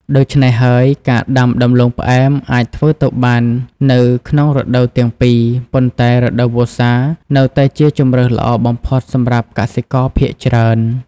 ដូច្នេះហើយ ការដាំដំឡូងផ្អែមអាចធ្វើទៅបាននៅក្នុងរដូវទាំងពីរ ប៉ុន្តែរដូវវស្សានៅតែជាជម្រើសល្អបំផុតសម្រាប់កសិករភាគច្រើន។